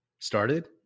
started